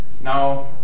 Now